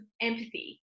empathy